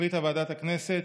החליטה ועדת הכנסת